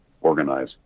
organize